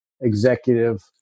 executive